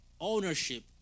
ownership